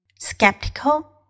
Skeptical